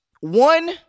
One